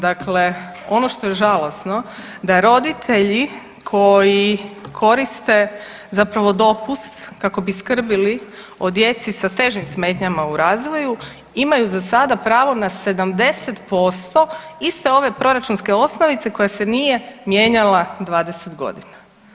Dakle, ono što je žalosno da roditelji koji koriste zapravo dopust kako bi skrbili o djeci sa težim smetnjama u razvoju imaju za sada pravo na 70% iste ove proračunske osnovice koja se nije mijenjala 20.g.